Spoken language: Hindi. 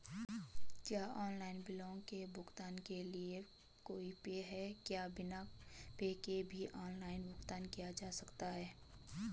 क्या ऑनलाइन बिलों के भुगतान के लिए कोई ऐप है क्या बिना ऐप के भी ऑनलाइन भुगतान किया जा सकता है?